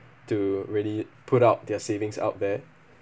to really put up their savings out there